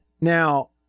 Now